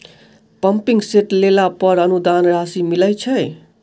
Pumping set लेला पर अनुदान राशि मिलय छैय?